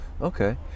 Okay